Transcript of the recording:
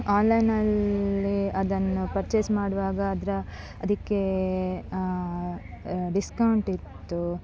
ಆನ್ಲೈನಲ್ಲಿ ಅದನ್ನು ಪರ್ಚೇಸ್ ಮಾಡುವಾಗ ಅದರ ಅದಕ್ಕೆ ಡಿಸ್ಕೌಂಟಿತ್ತು